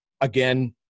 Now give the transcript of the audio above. Again